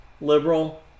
liberal